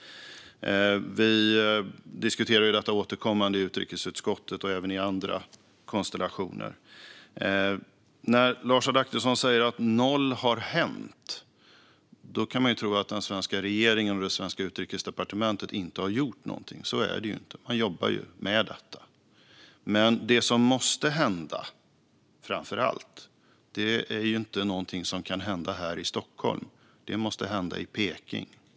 Vi diskuterar detta återkommande i utrikesutskottet och även i andra konstellationer. När Lars Adaktusson säger att noll har hänt kan man tro att den svenska regeringen och det svenska Utrikesdepartementet inte har gjort någonting. Så är det inte. Man jobbar med detta. Men det som framför allt måste hända är inte någonting som kan hända här i Stockholm. Det måste hända i Peking.